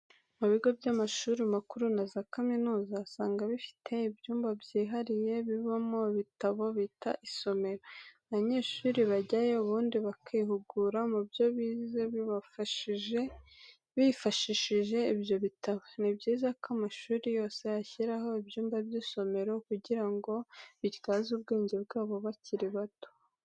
Mu bigo by'amashuri makuru na za kaminuza, usanga bifite ibyumba byihariye bibamo ibitabo bita isomero. Abanyeshuri bajyayo ubundi bakihugura mubyo bize bifashishije ibyo bitabo. Nibyiza ko amashuri yose ashyiraho ibyumba by'isomero kugira ngo bityaze ubwenge bwabo bakiri bato.